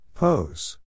Pose